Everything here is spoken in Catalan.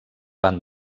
van